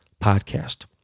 podcast